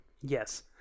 Yes